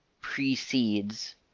precedes